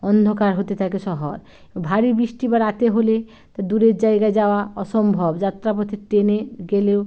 অন্ধকার হতে থাকে শহর ভারী বৃষ্টি বা রাতে হলে তা দূরের জায়গায় যাওয়া অসম্ভব যাত্রা পথে ট্রেনে গেলেও